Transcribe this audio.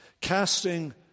casting